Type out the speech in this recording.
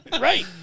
right